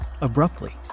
abruptly